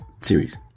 series